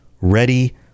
ready